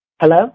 Hello